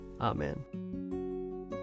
Amen